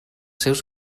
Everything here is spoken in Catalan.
seus